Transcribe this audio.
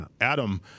Adam